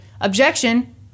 objection